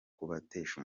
kubatesha